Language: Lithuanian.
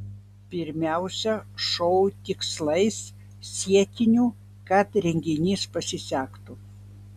pirmiausia šou tikslais siekiniu kad renginys pasisektų